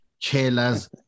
chelas